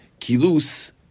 Kilus